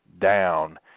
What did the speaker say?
down